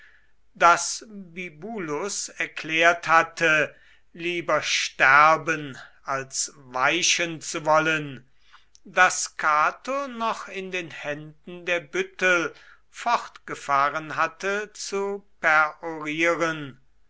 daß bibulus erklärt hatte lieber sterben als weichen zu wollen daß cato noch in den händen der büttel fortgefahren hatte zu